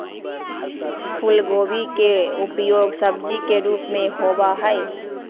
फूलगोभी के उपयोग सब्जी के रूप में होबा हई